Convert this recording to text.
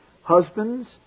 Husbands